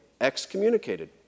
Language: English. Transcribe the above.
excommunicated